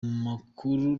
makuru